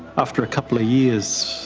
after a couple of years,